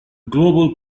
global